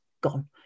gone